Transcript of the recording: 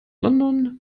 london